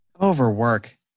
Overwork